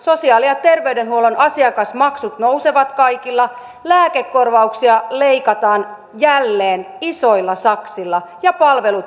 sosiaali ja terveydenhuollon asiakasmaksut nousevat kaikilla lääkekorvauksia leikataan jälleen isoilla saksilla ja palvelut heikkenevät